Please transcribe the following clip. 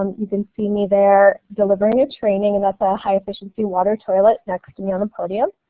um you can see me there delivering a training and that's ah a high efficiency water toilet next to me on the podium.